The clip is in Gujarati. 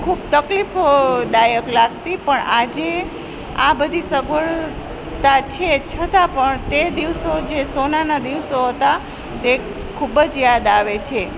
ખૂબ તકલીફ દાયક લાગતી પણ આજે આ બધી સગવડતા છે છતાં પણ તે દિવસો જે સોનાના દિવસો હતા તે ખૂબ જ યાદ આવે છે